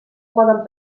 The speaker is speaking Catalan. poden